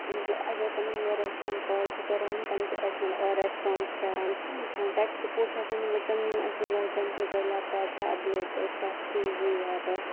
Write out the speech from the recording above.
اَگر تمَن یورٕ اِنسان کال چھُ کَران تِم چھِ اَسہِ اورٕ ریٚسپونس کَران ٹیٚک سَپوٹ چھُ آسان مَطلَب تِم یِم اَسہِ مَطلَب کیٚمپیوٹَر لیپٹاپ ٹیبلِٹ سوفٹِہ وِیَر